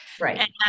Right